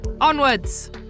Onwards